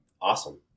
awesome